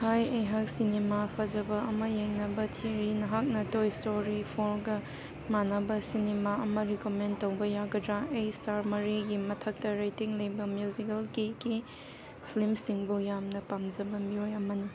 ꯍꯥꯏ ꯑꯩꯍꯥꯛ ꯁꯤꯅꯦꯃꯥ ꯐꯖꯕ ꯑꯃ ꯌꯦꯡꯅꯕ ꯊꯤꯔꯤ ꯅꯍꯥꯛꯅ ꯇꯣꯏ ꯏꯁꯇꯣꯔꯤ ꯐꯣꯔꯒ ꯃꯥꯟꯅꯕ ꯁꯤꯅꯦꯃꯥ ꯑꯃ ꯔꯤꯀꯃꯦꯟ ꯇꯧꯕ ꯌꯥꯒꯗ꯭ꯔꯥ ꯑꯩ ꯏꯁꯇꯥꯔ ꯃꯔꯤꯒꯤ ꯃꯊꯛꯇ ꯔꯦꯠꯇꯤꯡ ꯂꯩꯕ ꯃ꯭ꯌꯨꯖꯤꯀꯦꯜꯒꯤ ꯀꯤ ꯐꯤꯂꯝꯁꯤꯡꯕꯨ ꯌꯥꯝꯅ ꯄꯥꯝꯖꯕ ꯃꯤꯑꯣꯏ ꯑꯃꯅꯤ